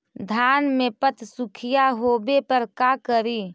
धान मे पत्सुखीया होबे पर का करि?